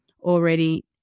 already